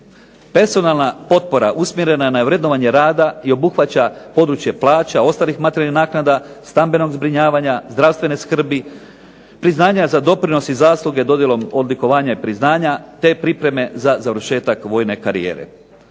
Personalna potpora usmjerena je na vrednovanje rada i obuhvaća područje plaća i ostalim materijalnih naknada, stambenog zbrinjavanja, zdravstvene skrbi, priznanja za doprinos i zasluge dodjelom odlikovanja i priznanja, te pripreme za završetak vojne karijere.